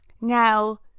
Now